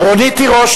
רונית תירוש,